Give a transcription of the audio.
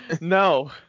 no